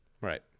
Right